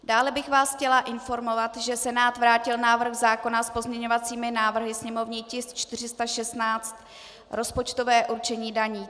Dále bych vás chtěla informovat, že Senát vrátil návrh zákona s pozměňovacími návrhy, sněmovní tisk 416, rozpočtové určení daní.